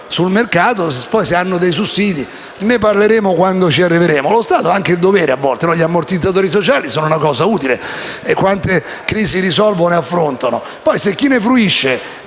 sul mercato, hanno dei sussidi; ne parleremo quando ci arriveremo. Lo Stato ha anche un dovere, a volte; gli ammortizzatori sociali sono una cosa utile: quante crisi risolvono e affrontano? Poi, se chi ne fruisce